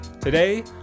Today